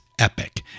epic